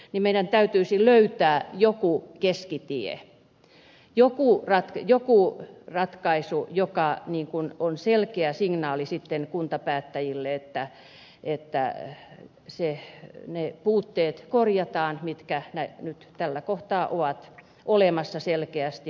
meidän täytyisi löytää joku keskitie joku ratkaisu joka on selkeä signaali sitten kuntapäättäjille että ne puutteet korjataan mitkä nyt tällä kohtaa ovat olemassa selkeästi